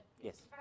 Yes